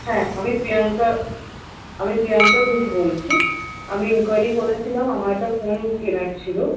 হ্যাঁ আমি প্রিয়াঙ্কা আমি প্রিয়াঙ্কা ঘোষ বলছি আমি ইনকোয়ারি করেছিলাম আমার একটা ফোন কেনার ছিল